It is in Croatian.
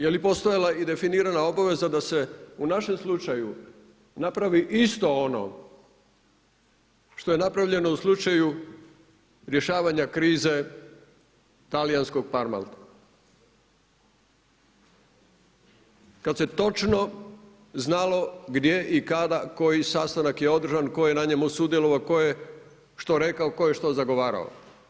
Jeli postojala i definirana obaveza da se u našem slučaju napravi isto ono što je napravljeno u slučaju rješavanja krize talijanskog Parmalata, kada se točno znalo gdje i kada koji sastanak je održan, tko je na njemu sudjelovao, tko je što rekao, tko je što zagovarao.